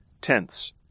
tenths